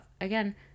Again